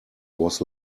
was